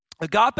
Agape